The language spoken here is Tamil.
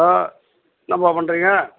என்னாப்பா பண்ணுறீங்க